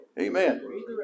amen